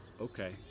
Okay